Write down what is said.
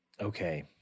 okay